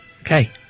Okay